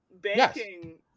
banking